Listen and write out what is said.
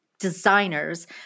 Designers